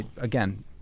again